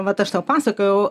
vat aš tau pasakojau